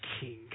King